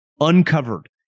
Uncovered